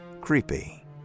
Creepy